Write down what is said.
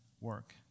work